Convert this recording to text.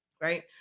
right